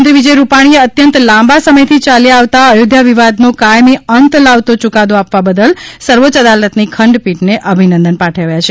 મુખ્યમંત્રી વિજય રૂપાણીએ અત્યંત લાંબા સમયથી ચાલ્યા આવતા અયોધ્યા વિવાદનો કાયમી અંત લાવતો યૂકાદો આપવા બદલ સર્વોચ્ય અદાલતની ખંડપીઠને અભિનંદન પાઠવ્યા છે